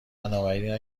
بنابراین